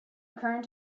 current